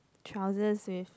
trousers with